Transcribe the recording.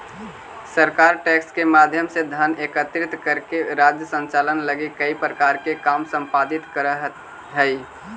सरकार टैक्स के माध्यम से धन एकत्रित करके राज्य संचालन लगी कई प्रकार के काम संपादित करऽ हई